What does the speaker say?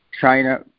China